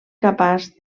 capaç